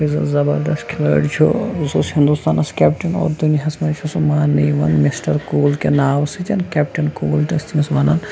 یُس زَن زَبردست کھِلٲڑۍ چھُ سُہ اوس ہِنٛدوستانَس کیپٹین اور دُنیاہَس منٛز چھُ سُہ ماننہٕ یِوان مِسٹَر کوٗل کہِ ناو سۭتیۍ کیپٹین کوٗل تہِ ٲسۍ تٔمِس وَنان